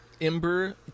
Ember